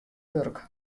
wurk